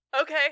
Okay